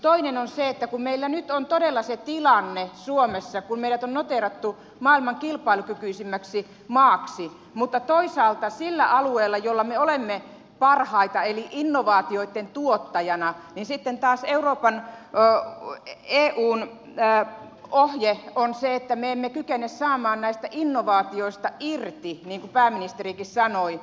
toinen on se että meillä nyt on todella se tilanne suomessa että meidät on noteerattu maailman kilpailukykyisimmäksi maaksi mutta toisaalta sitten taas sillä alueella jolla me olemme parhaita eli innovaatioitten tuottajana ei siten taas euroopan ja eun ohje on se että me emme kykene saamaan näistä innovaatioista irti niin kuin pääministerikin sanoi